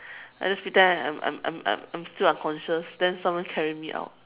I just pretend I'm I'm I'm I'm I'm still unconscious then someone carry me out